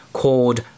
called